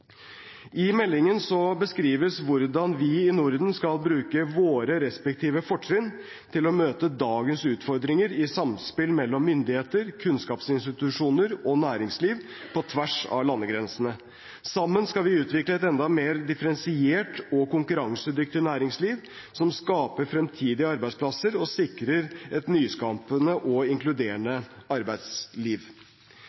I meldingen beskrives hvordan vi i Norden skal bruke våre respektive fortrinn til å møte dagens utfordringer i samspill mellom myndigheter, kunnskapsinstitusjoner og næringsliv på tvers av landegrensene. Sammen skal vi utvikle et enda mer differensiert og konkurransedyktig næringsliv, som skaper fremtidige arbeidsplasser og sikrer et nyskapende og inkluderende